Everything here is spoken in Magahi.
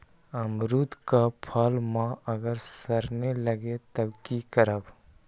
अमरुद क फल म अगर सरने लगे तब की करब?